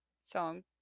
song